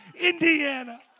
Indiana